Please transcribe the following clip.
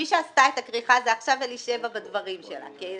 מי שעשתה את הכריכה היא אלישבע בדברים שלה עכשיו.